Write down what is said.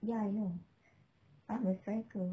ya I know I'm a psycho